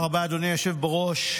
אדוני היושב בראש,